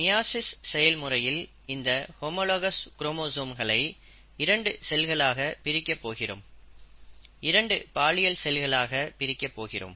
meiosis cell முறையில் இந்த homologous குரோமோசோம்களை இரண்டு செல்களாக பிரிக்கப் போகிறோம் இரண்டு பாலியல் செல்களாக பிரிக்கப் போகிறோம்